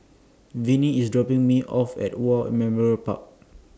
Vinnie IS dropping Me off At War Memorial Park